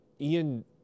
Ian